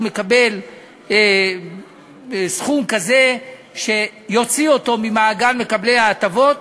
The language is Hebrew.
מקבל סכום כזה שיוציא אותו ממעגל מקבלי ההטבות.